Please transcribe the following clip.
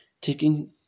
taking